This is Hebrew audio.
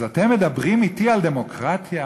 אז אתם מדברים אתי על דמוקרטיה?